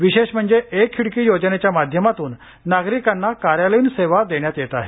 विशेष म्हणजे एक खिडकी योजनेच्या माध्यमातून नागरिकांना कार्यालयीन सेवा देण्यात येत आहे